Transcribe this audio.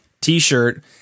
T-shirt